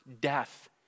death